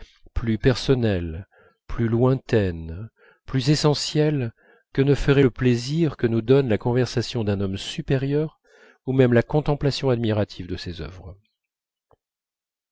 plus personnelles plus lointaines plus essentielles que ne ferait le plaisir que nous donne la conversation d'un homme supérieur ou même la contemplation admirative de ses œuvres